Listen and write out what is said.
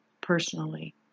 personally